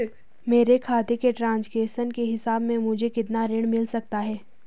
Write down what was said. मेरे खाते के ट्रान्ज़ैक्शन के हिसाब से मुझे कितना ऋण मिल सकता है?